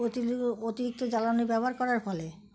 অতিরিক্ত জ্বালানি ব্যবহার করার ফলে